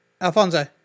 Alfonso